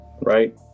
right